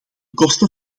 kosten